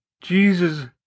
Jesus